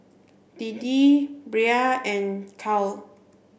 Deedee Brea and Cal